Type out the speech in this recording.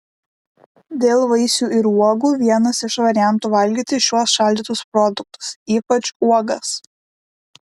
dėl vaisių ir uogų vienas iš variantų valgyti šiuos šaldytus produktus ypač uogas